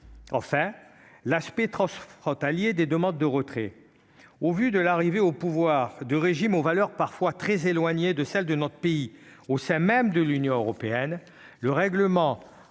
enfin l'aspect transfrontalier des demandes de retrait au vu de l'arrivée au pouvoir du régime aux valeurs parfois très éloignées de celles de notre pays au sein même de l'Union européenne, le règlement